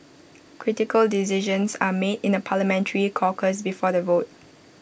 critical decisions are made in A parliamentary caucus before the vote